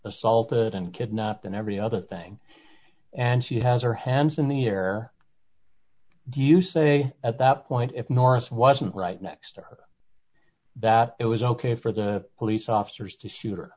assaulted and kidnapped and every other thing and she has her hands in the air do you say at that point if norris wasn't right next or that it was ok for the police officers to shoot